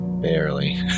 Barely